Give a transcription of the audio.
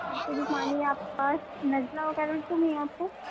اور کوئی بیماری ہے آپ پر نزلہ وغیرہ تو نہیں ہے آپ کو